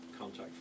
contact